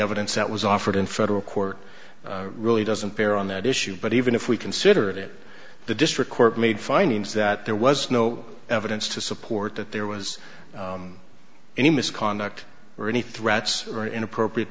evidence that was offered in federal court really doesn't bear on that issue but even if we consider it the district court made findings that there was no evidence to support that there was any misconduct or any threats or inappropriate